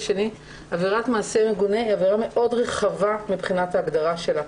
עבירת מעשה מגונה היא רחבה מאוד מבחינת ההגדרה שלה.